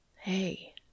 Hey